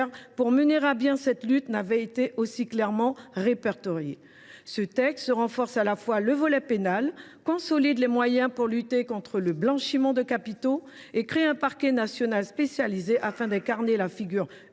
pour mener à bien cette lutte n’avaient été aussi clairement répertoriés. Ce texte renforce à la fois le volet pénal, consolide les moyens pour lutter contre le blanchiment de capitaux et crée un parquet national spécialisé, afin d’incarner la figure